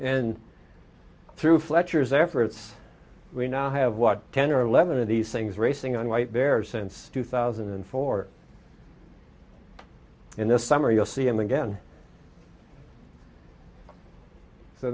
and through fletcher's efforts we now have what ten or eleven of these things racing on white bear since two thousand and four in the summer you'll see him again so